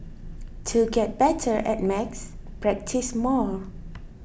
to get better at maths practise more